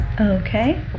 okay